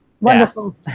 wonderful